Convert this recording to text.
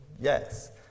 yes